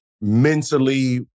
mentally